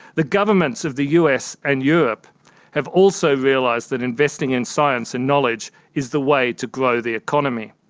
the governments of the us and europe have also realised that investing in science and knowledge is the way to grow the economy.